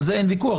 על זה אין ויכוח,